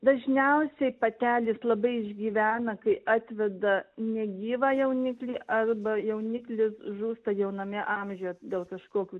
dažniausiai patelės labai išgyvena kai atveda negyvą jauniklį arba jauniklis žūsta jauname amžiuje dėl kažkokių